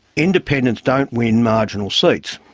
independents don't win marginal seats.